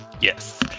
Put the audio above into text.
Yes